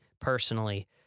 personally